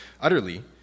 utterly